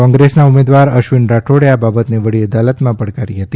કોંગ્રેસના ઉમેદવાર અશ્વિન રાઠોડે આ બાબતને વડી અદાલતમાં પડકારી હતી